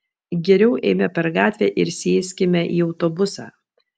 geriau eime per gatvę ir sėskime į autobusą